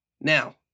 Now